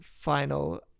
final